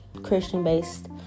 christian-based